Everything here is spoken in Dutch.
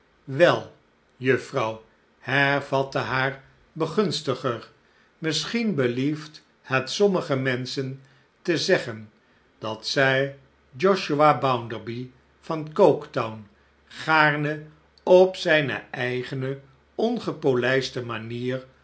wel juffrouw hervatte haar begunstiger misschien belieft het sommige menschen te zeggen dat zij josiah bounderby van coketown gaarne op zijne eigene ongepolijste manier